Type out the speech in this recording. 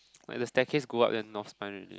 like the staircases go up then North Spine already